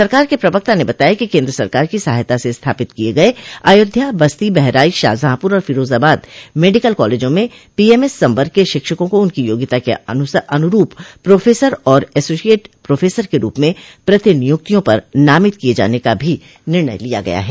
सरकार के प्रवक्ता ने बताया कि केन्द्र सरकार की सहायता से स्थापित किये गये अयोध्या बस्ती बहराइच शाहजहांपुर और फिरोजाबाद मेडिकल कॉलेजों में पीएमएस संवर्ग के शिक्षिकों को उनकी योग्यता के अनुरूप पोफेसर और एसोसिएट प्रोफेसर के रूप में प्रतिनिय्क्तियों पर नामित किये जाने का भी निर्णय लिया गया है